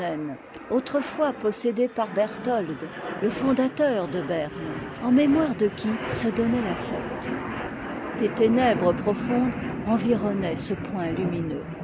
autrefois possédé par berthold le fondateur de berne en mémoire de qui se donnait la fête des ténèbres profondes environnaient ce point lumineux